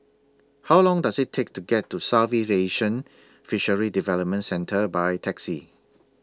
How Long Does IT Take to get to Southeast Asian Fisheries Development Centre By Taxi